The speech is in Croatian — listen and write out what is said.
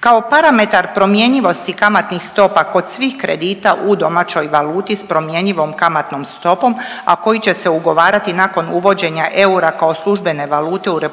Kao parametar promjenjivosti kamatnih stopa kod svih kredita u domaćoj valuti s promjenjivom kamatnom stopom, a koji će se ugovarati nakon uvođenja eura kao službene valute u RH predlaže